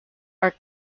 are